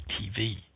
TV